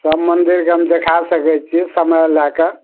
सभ मन्दिरके हम देखि सकय छियै समय लए कऽ